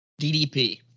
DDP